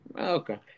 Okay